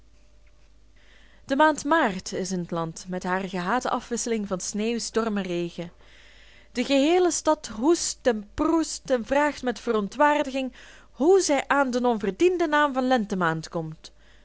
de maand maart is in t land met hare gehate afwisseling van sneeuw storm en regen de geheele stad hoest en proest en vraagt met verontwaardiging hoe zij aan den onverdienden naam van lentemaand komt